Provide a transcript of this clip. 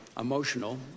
emotional